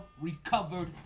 recovered